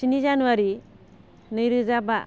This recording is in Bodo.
स्नि जानुवारि नैरोजा बा